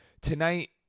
tonight